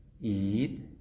eat